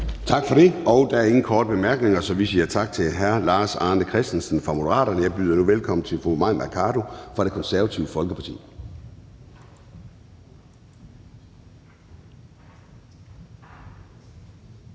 Tak for det. Der er ingen korte bemærkninger, så vi siger tak til hr. Lars Arne Christensen fra Moderaterne. Jeg byder nu velkommen til fru Mai Mercado fra Det Konservative Folkeparti.